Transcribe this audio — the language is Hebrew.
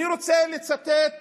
אני רוצה לצטט